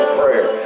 prayer